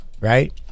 right